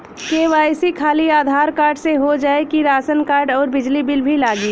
KYC खाली Aadhaar card से हो जाए कि राशन कार्ड अउर बिजली बिल भी लगी?